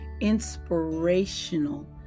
inspirational